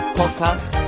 podcast